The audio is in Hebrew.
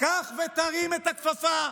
קח ותרים את הכפפה,